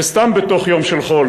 וסתם בתוך יום של חול